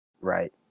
right